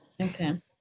Okay